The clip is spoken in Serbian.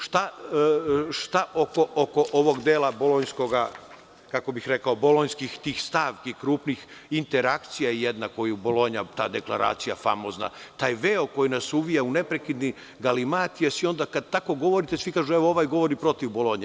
Šta oko ovog dela, kako bih rekao, tih bolonjskih stavki krupnih, interakcija jedna koju Bolonja, ta dekleracija famozna, taj veo koji nas uvija u neprekidni galimatijas i onda kad tako govorite, svi kažu – evo ovaj govori protiv Bolonje.